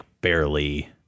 barely